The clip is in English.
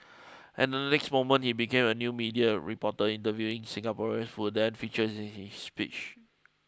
and the next moment he became a new media reporter interviewing Singaporean who then features in his speech